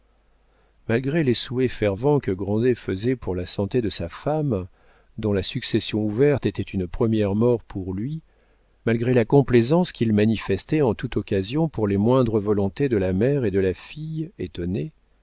malgré les souhaits fervents que grandet faisait pour la santé de sa femme dont la succession ouverte était une première mort pour lui malgré la complaisance qu'il manifestait en toute occasion pour les moindres volontés de la mère et de la fille étonnées